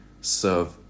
serve